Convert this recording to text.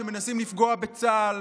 שמנסים לפגוע בצה"ל.